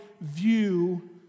view